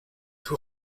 too